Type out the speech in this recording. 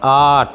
आठ